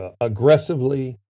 Aggressively